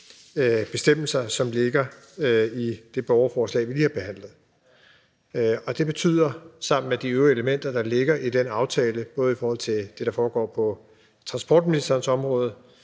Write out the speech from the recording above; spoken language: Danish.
bestemmelser, som ligger i det borgerforslag, som vi lige har behandlet. Det betyder sammen med de øvrige elementer, der ligger i den aftale, også i forhold til det, der foregår på transportministerens område